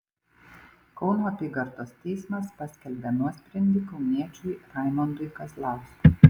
kauno apygardos teismas paskelbė nuosprendį kauniečiui raimondui kazlauskui